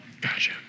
Gotcha